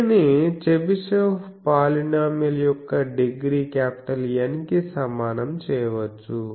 దీనిని Chebyshev polynomial యొక్క degree N కి సమానం చేయవచ్చు